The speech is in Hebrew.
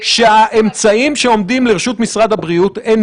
הותר להשתמש בכלי הזה של השב"כ רק